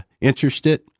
interested